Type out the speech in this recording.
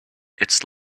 its